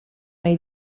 nei